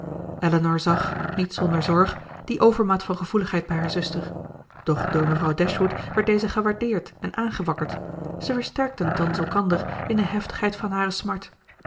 elinor zag niet zonder zorg die overmaat van gevoeligheid bij haar zuster doch door mevrouw dashwood werd deze gewaardeerd en aangewakkerd zij versterkten thans elkander in de heftigheid van hare smart